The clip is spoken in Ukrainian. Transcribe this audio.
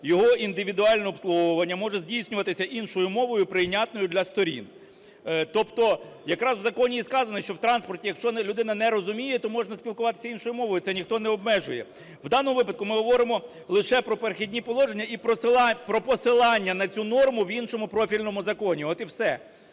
його індивідуальне обслуговування може здійснюватися іншою мовою, прийнятною для сторін". Тобто якраз в законі і сказано, що в транспорті, якщо людина не розуміє, то можна спілкуватися іншою мовою, це ніхто не обмежує. В даному випадку ми говоримо лише про "Перехідні положення" і про посилання на цю норму в іншому профільному законі от і все.